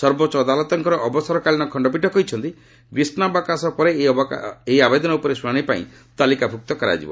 ସର୍ବୋଚ୍ଚ ଅଦାଲତଙ୍କର ଅବସରକାଳୀନ ଖଣ୍ଡପୀଠ କହିଛନ୍ତି ଗ୍ରୀଷ୍କାବକାଶ ପରେ ଏହି ଆବେଦନ ଉପରେ ଶୁଣାଶି ପାଇଁ ତାଲିକାଭୁକ୍ତ କରାଯିବ